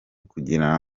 kugira